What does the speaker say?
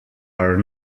are